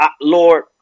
Lord